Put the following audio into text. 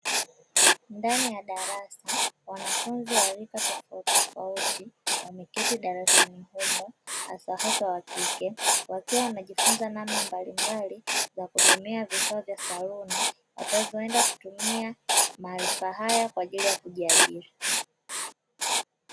Ndani ya darasa wanafunzi wa rika tofautitofauti wameketi darasani humo, haswa haswa wa kike, wakiwa wanajifunza namna mbalimbali za kutumia vifaa vya saluni, watakazoenda kutumia maarifa haya kwa ajili ya kujiajiri.